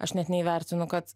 aš net neįvertinu kad